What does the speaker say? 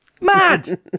mad